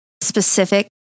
specific